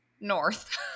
north